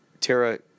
Tara